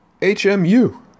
HMU